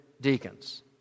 deacons